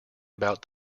about